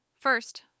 First